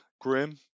Grim